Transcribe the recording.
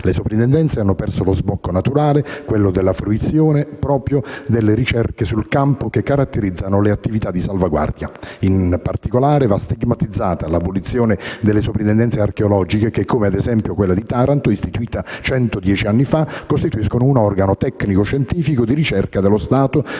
Le Sovrintendenze hanno perso lo sbocco naturale, quello della fruizione delle ricerche sul campo che caratterizzano le attività di salvaguardia. In particolare va stigmatizzata l'abolizione delle Sovrintendenze archeologiche che, come ad esempio quella di Taranto, istituita centodieci anni fa, costituiscono un organo tecnico-scientifico di ricerca dello Stato